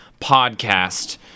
podcast